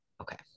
okay